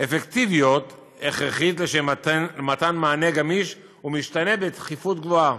אפקטיביות הכרחית לשם מתן מענה גמיש ומשתנה בתכיפות גבוהה,